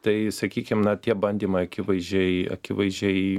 tai sakykim na tie bandymai akivaizdžiai akivaizdžiai